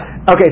okay